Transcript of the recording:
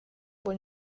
wohl